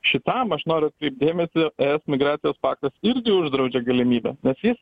šitam aš noriu atkreipt dėmesį es migracijos paktas irgi uždraudžia galimybę nes jis